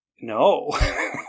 no